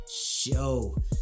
show